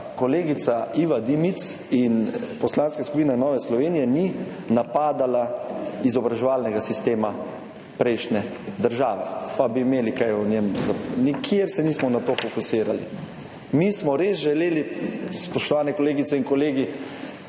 kolegica Iva Dimic in Poslanska skupina Nova Slovenija ni napadala izobraževalnega sistema prejšnje države, pa bi imeli kaj o njem. Nikjer se nismo na to fokusirali. Mi smo res želeli, spoštovane kolegice in kolegi,